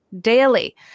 daily